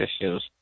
issues